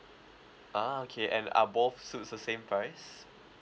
ah okay and are both suits the same price